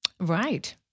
Right